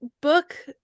book